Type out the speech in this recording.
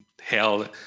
held